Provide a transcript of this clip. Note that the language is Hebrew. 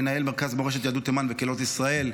מנהל מרכז מורשת יהדות תימן וקהילות ישראל.